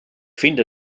finde